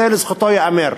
זה לזכותו ייאמר.